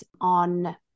on